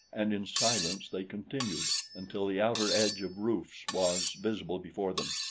and in silence they continued until the outer edge of roofs was visible before them.